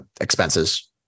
expenses